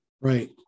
right